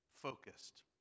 focused